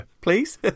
Please